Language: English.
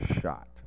shot